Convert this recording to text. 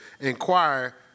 inquire